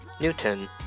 Newton